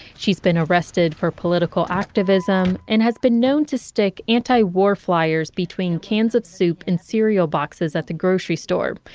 she's been arrested for political activism and has been known to stick anti-war fliers between cans of soup in cereal boxes at the grocery store.